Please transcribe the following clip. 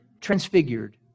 transfigured